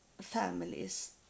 Families